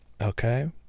Okay